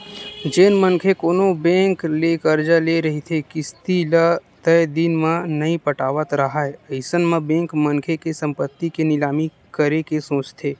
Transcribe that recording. जेन मनखे कोनो बेंक ले करजा ले रहिथे किस्ती ल तय दिन म नइ पटावत राहय अइसन म बेंक मनखे के संपत्ति के निलामी करे के सोचथे